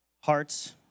hearts